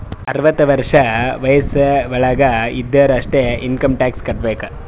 ಅರ್ವತ ವರ್ಷ ವಯಸ್ಸ್ ವಳಾಗ್ ಇದ್ದೊರು ಅಷ್ಟೇ ಇನ್ಕಮ್ ಟ್ಯಾಕ್ಸ್ ಕಟ್ಟಬೇಕ್